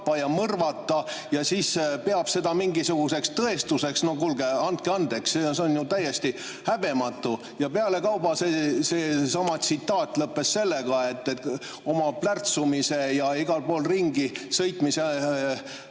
Ja siis ta peab seda mingisuguseks tõestuseks. No kuulge, andke andeks, see on ju täiesti häbematu! Pealekauba see tsitaat lõppes sellega, et oma plärtsumise ja igal pool ringisõitmise